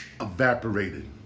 evaporated